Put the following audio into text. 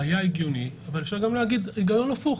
היה הגיוני, אבל אפשר גם להגיד היגיון הפוך.